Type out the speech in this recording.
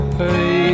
pay